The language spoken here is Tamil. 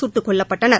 சுட்டுக் கொல்லப்பட்டனர்